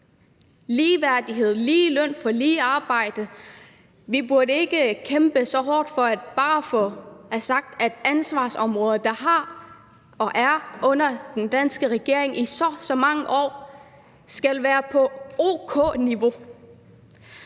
Ligeværdighed, lige løn for lige arbejde, vi burde ikke skulle kæmpe så hårdt for, at ansvarsområder, der har været under den danske regering i så mange år, blot er på et o.k.-niveau.